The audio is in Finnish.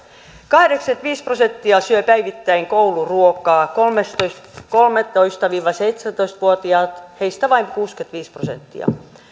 kahdeksankymmentäviisi prosenttia koululaisista syö päivittäin kouluruokaa mutta kolmetoista viiva seitsemäntoista vuotiaista vain kuusikymmentäviisi prosenttia